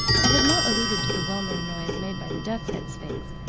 i have not alluded to the well-known noise made by the death's head sphinx,